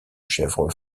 chèvre